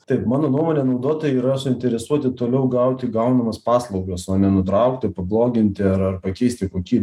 taip mano nuomone naudotojai yra suinteresuoti toliau gauti gaunamas paslaugas o ne nutraukti pabloginti ar ar pakeisti kokybę